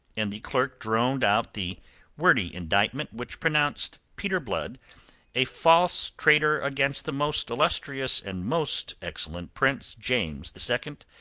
and the clerk droned out the wordy indictment which pronounced peter blood a false traitor against the most illustrious and most excellent prince, james the second,